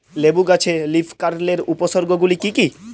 লেবু গাছে লীফকার্লের উপসর্গ গুলি কি কী?